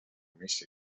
missed